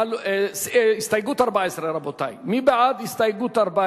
אם כן, רבותי, הסתייגות 9